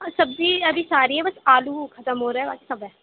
سبزی ابھی ساری ہیں بس آلو ختم ہو رہے باقی سب ہے